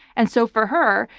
and so for her,